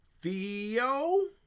Theo